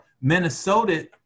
Minnesota